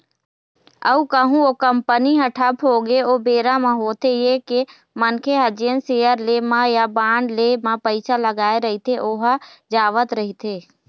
अउ कहूँ ओ कंपनी ह ठप होगे ओ बेरा म होथे ये के मनखे ह जेन सेयर ले म या बांड ले म पइसा लगाय रहिथे ओहा जावत रहिथे